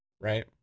right